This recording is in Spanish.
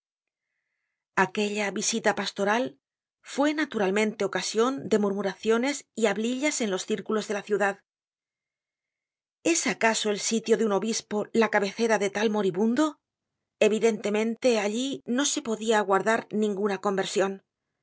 aquella visita pastoral fue naturalmente ocasion de murmuraciones yjiablillas en los círculos de la ciudad es acaso el sitio de un obispo la cabecera de tal moribundo evidentemente allí no se podia aguardar ninguna conversion